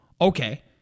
okay